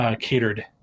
catered